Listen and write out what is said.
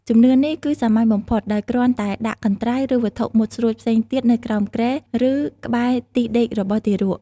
ជំនឿនេះគឺសាមញ្ញបំផុត ដោយគ្រាន់តែដាក់កន្ត្រៃ ឬវត្ថុមុតស្រួចផ្សេងទៀតនៅក្រោមគ្រែ ឬក្បែរទីដេករបស់ទារក